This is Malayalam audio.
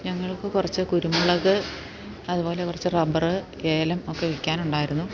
ഞങ്ങൾക്ക് കുറച്ച് കുരുമൊളക് അതുപോലെ കൊറച്ച് റബ്ബറ് ഏലം ഒക്കെ വിൽക്കാൻ ഉണ്ടായിരുന്നു